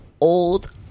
old